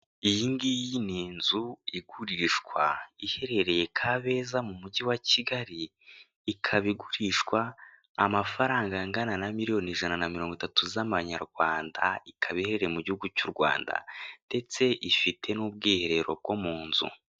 Iyi ngiyi ni inzu igurishwa, iherereye Kabeza mu mujyi wa Kigali, ikaba igurishwa amafaranga angana na miliyoni ijana na mirongo itatu z'amanyarwanda, ikaba iherereye mu gihugu cy'u Rwanda, ndetse ifite n'ubwiherero bwo mu nzu.